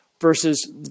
versus